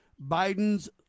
Biden's